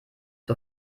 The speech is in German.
zur